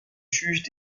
juges